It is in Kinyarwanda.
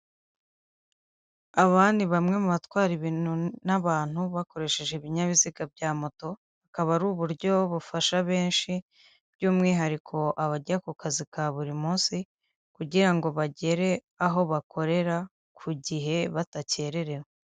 Aba ni bamwe mu batwara ibintu n'abantu bakoresheje ibinyabiziga bya motokaba, ari uburyo bufasha benshi by'umwihariko abajya ku kazi ka buri munsi, kugirango bagere aho bakorera ku gihe badakerewe.